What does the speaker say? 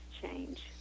change